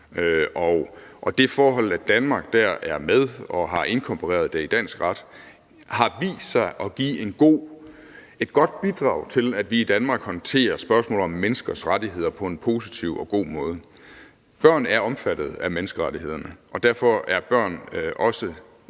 Og det forhold, at Danmark dér er med og har inkorporeret den i dansk ret, har vist sig at give et godt bidrag til, at vi i Danmark håndterer spørgsmål om menneskers rettigheder på en positiv og god måde. Børn er omfattet af menneskerettighederne, og derfor er børn også